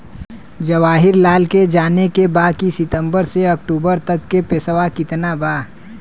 जवाहिर लाल के जाने के बा की सितंबर से अक्टूबर तक के पेसवा कितना बा?